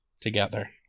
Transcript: together